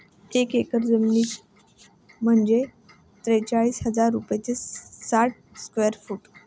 एक एकर जमीन म्हणजे त्रेचाळीस हजार पाचशे साठ चौरस फूट